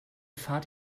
fahrt